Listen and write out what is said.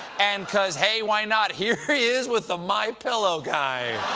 and, because, hey, why not? here he is with the mypillow guy.